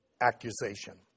accusation